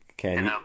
Okay